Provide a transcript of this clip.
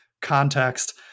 context